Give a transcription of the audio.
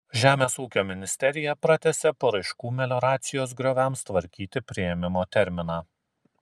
žemės ūkio ministerija pratęsė paraiškų melioracijos grioviams tvarkyti priėmimo terminą